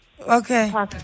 Okay